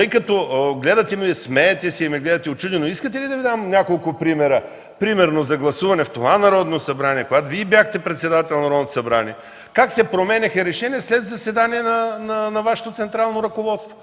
Тъй като се смеете и ме гледате учудено, искате ли да Ви дам няколко примера за гласуване в този Парламент, когато Вие бяхте председател на Народното събрание – как се променяха решения след заседание на Вашето централно ръководство?